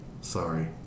Sorry